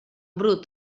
brut